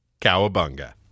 Cowabunga